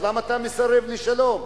אז למה אתה מסרב לשלום?